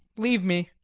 leave me.